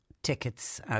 tickets